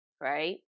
right